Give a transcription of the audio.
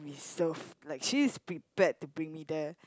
reserved like she is prepared to bring me there